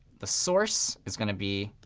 the source is going to be